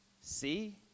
See